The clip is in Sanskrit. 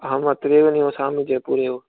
अहमत्रैव निवसामि जैपुरे एव